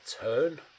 turn